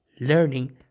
learning